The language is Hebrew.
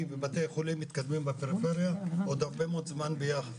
ובתי חולים מתקדמים בפריפריה עוד הרבה מאוד זמן ביחד.